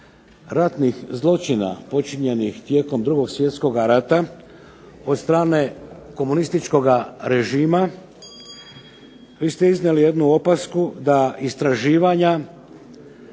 ratnih zločina počinjenih tijekom 2. svjetskoga rata od strane komunističkoga režima vi ste iznijeli jednu opasku da istraživanja